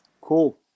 cool